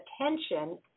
attention